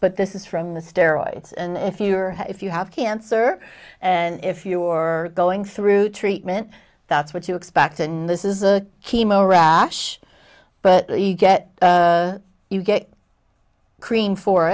but this is from the steroids and if you are if you have cancer and if you're going through treatment that's what you expect and this is a chemo rash but you get you get